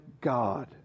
God